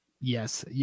yes